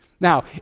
Now